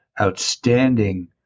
outstanding